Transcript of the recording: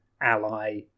ally